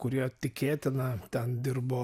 kurie tikėtina ten dirbo